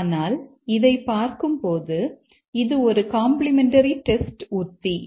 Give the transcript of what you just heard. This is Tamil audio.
ஆனால் இதைப் பார்க்கும்போது இது ஒரு காம்பிளிமெண்டரி டெஸ்ட் உத்தி